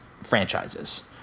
Franchises